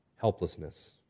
helplessness